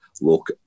look